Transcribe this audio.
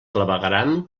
clavegueram